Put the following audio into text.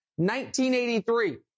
1983